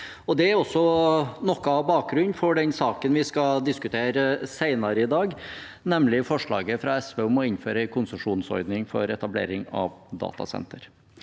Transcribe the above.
Det er noe av bakgrunnen for den saken vi skal diskutere senere i dag, nemlig forslaget fra SV om å innføre en konsesjonsordning for etablering av datasentre.